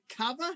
cover